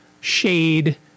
Shade